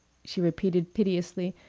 she repeated piteously,